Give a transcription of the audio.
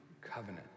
covenant